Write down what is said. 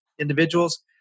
individuals